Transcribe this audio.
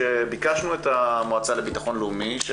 שביקשנו את המועצה לביטחון לאומי להגיע,